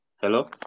hello